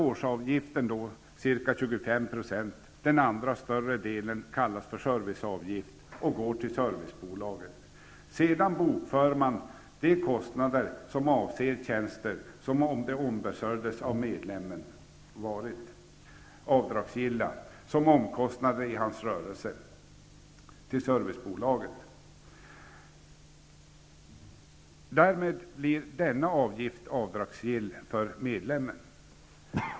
Årsavgiften utgör ca 25 % av medlen. Det övriga kallas för serviceavgift och går till servicebolaget. Sedan bokförs de kostnader som avser ''tjänster, som om de ombesörjs av medlem är avdragsgilla såsom omkostnader i hans rörelse'' till servicebolaget. Därmed blir denna avgift avdragsgill för medlemmen.